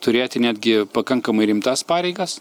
turėti netgi pakankamai rimtas pareigas